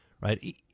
right